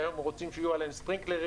שהיום רוצים שיהיו עליהם ספינקלרים,